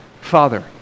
Father